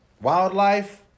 wildlife